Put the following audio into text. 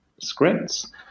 scripts